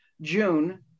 June